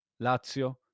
Lazio